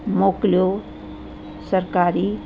मोकिलियो सरकारी